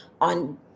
on